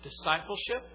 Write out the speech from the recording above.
Discipleship